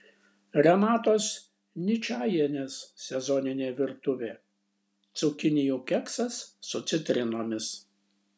renatos ničajienės sezoninė virtuvė cukinijų keksas su citrinomis